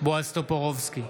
בועז טופורובסקי,